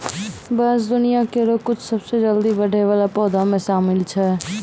बांस दुनिया केरो कुछ सबसें जल्दी बढ़ै वाला पौधा म शामिल छै